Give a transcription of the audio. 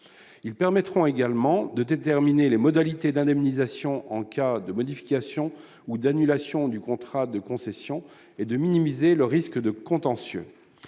ils permettront également de déterminer les modalités d'indemnisation en cas de modification ou d'annulation du contrat de concession et de minimiser le risque de contentieux,